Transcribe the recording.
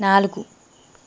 నాలుగు